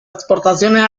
exportaciones